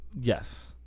Yes